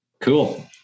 Cool